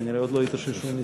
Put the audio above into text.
כנראה עוד לא התאוששו מזה.